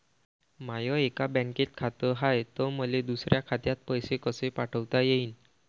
माय एका बँकेत खात हाय, त मले दुसऱ्या खात्यात पैसे कसे पाठवता येईन?